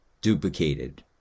duplicated